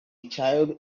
child